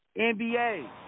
NBA